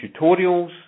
tutorials